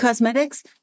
Cosmetics